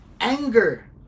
anger